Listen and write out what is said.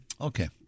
Okay